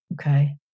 okay